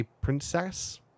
Princess